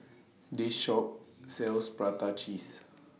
This Shop sells Prata Cheese